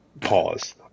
Pause